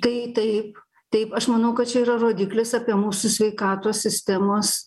tai taip taip aš manau kad čia yra rodiklis apie mūsų sveikatos sistemos